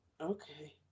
Okay